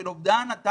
של אבדן טעם